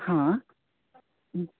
हां